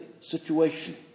situation